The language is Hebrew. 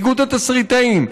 איגוד התסריטאים,